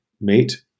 mate